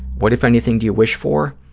what, if anything, do you wish for?